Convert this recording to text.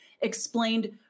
explained